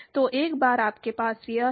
तो एक बार आपके पास यह है